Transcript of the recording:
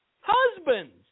Husbands